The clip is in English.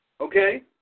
Okay